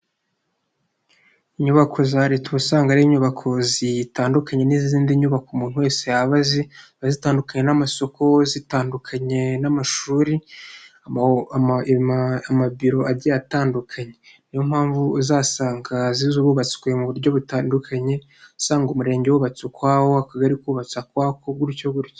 Inyubako za leta usanga ari inyubako zitandukanye n'izindi nyubako umuntu wese yaba azi. Zitandukanye n'amasoko, zitandukanye n'amashuri, amavuriro agiye atandukanye, Niyo mpamvu uzasanga zubatswe mu buryo butandukanye, usanga umurenge wubatswe ukwawo, akagari kubatse ukwako, gutyo gutyo.